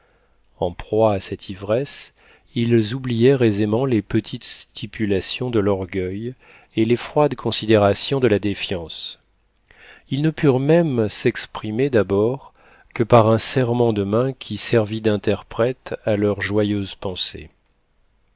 en proie à cette ivresse ils oublièrent aisément les petites stipulations de l'orgueil et les froides considérations de la défiance ils ne purent même s'exprimer d'abord que par un serrement de mains qui servit d'interprète à leurs joyeuses pensées